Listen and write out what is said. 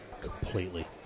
completely